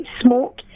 smoke